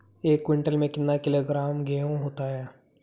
एक क्विंटल में कितना किलोग्राम गेहूँ होता है?